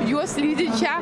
juos lydinčią